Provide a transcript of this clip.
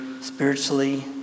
spiritually